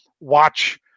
watch